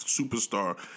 superstar